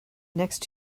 next